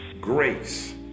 grace